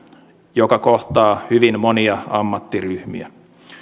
joka kohtaa hyvin monia ammattiryhmiä